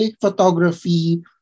photography